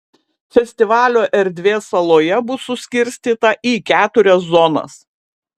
festivalio erdvė saloje bus suskirstyta į keturias zonas